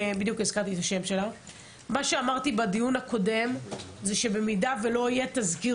בדיון הקודם אמרתי שאם לא יהיה תזכיר